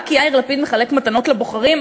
רק יאיר לפיד מחלק מתנות לבוחרים?